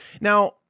now